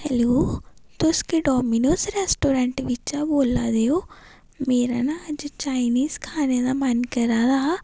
hello तुस कि Domino's restaurant बिच्चां बोल्ला दे ओ मेरा ना अज्ज चाईनीज खाने दा मन करै दा हा